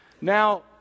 Now